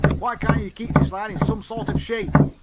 why can't you keep this line in some sort of shape?